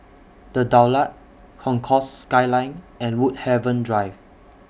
The Daulat Concourse Skyline and Woodhaven Drive